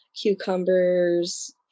cucumbers